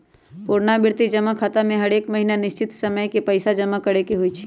पुरनावृति जमा खता में हरेक महीन्ना निश्चित समय के पइसा जमा करेके होइ छै